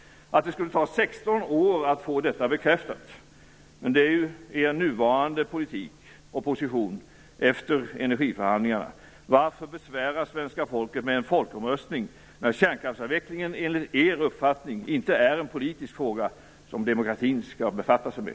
Att det skulle ta 16 år att få detta bekräftat! Men det är ju er nuvarande politik och position efter energiförhandlingarna. Varför besvära svenska folket med en folkomröstning när kärnkraftsavvecklingen enligt er uppfattning inte är en politisk fråga som demokratin skall befatta sig med?